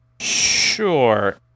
Sure